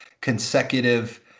consecutive